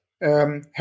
Help